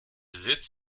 sitz